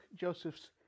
Joseph's